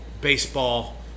baseball